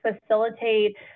facilitate